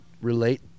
relate